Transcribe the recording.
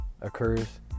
occurs